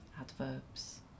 adverbs